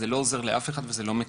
זה לא עוזר לאף אחד וזה לא מקדם.